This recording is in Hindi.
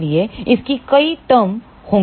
इसलिए इसकी कई टर्म होंगी